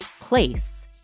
place